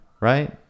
right